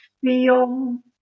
feel